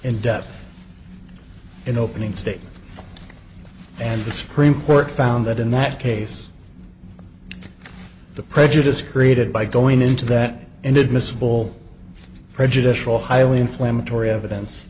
in depth in opening statement and the supreme court found that in that case the prejudice created by going into that inadmissible prejudicial highly inflammatory evidence